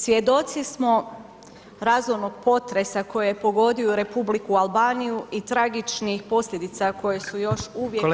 Svjedoci smo razornog potresa koji je pogodio Republiku Albaniju i tragičnih posljedica koje su još uvijek.